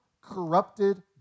corrupted